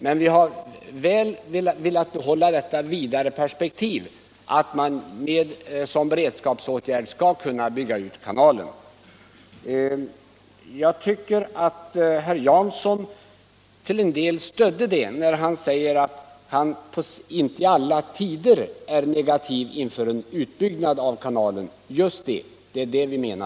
Men vi har velat behålla det vidare perspektivet att man som beredskapsåtgärd skall kunna bygga ut kanalen. Jag tycker att herr Jansson till en del stödde denna linje när han sade att han inte för alla tider är negativ till en utbyggnad av kanalen. Just det! Det är det vi menar.